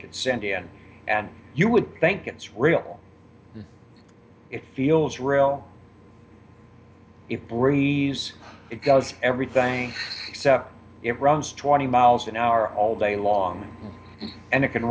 could send in and you would think it's real it feels real if breeze it does everything it runs twenty miles an hour all day long and it can